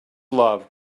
love